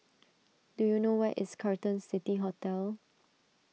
do you know where is Carlton City Hotel